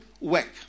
work